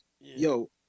yo